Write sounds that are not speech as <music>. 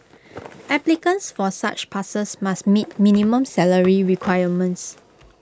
<noise> applicants for such passes must meet minimum salary requirements